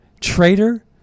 Traitor